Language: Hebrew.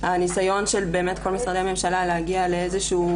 שהניסיון של כל משרדי הממשלה הוא להגיע למשהו